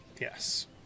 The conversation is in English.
yes